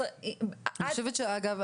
אגב,